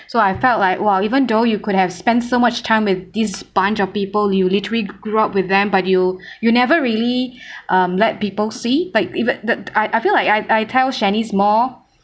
so I felt like !wow! even though you could have spent so much time with this bunch of people you literally grew up with them but you you never really um let people see like even the I I feel like I I tell shanice more